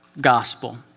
gospel